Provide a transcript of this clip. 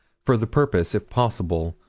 for the purpose, if possible,